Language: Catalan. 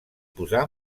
posar